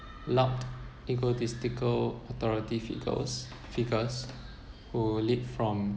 loud egotistical authority figures figures who lead from